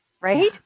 Right